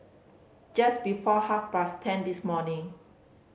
just before half past ten this morning